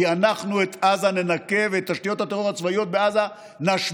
כי אנחנו את עזה ננקה ואת תשתיות הטרור הצבאיות בעזה נשמיד.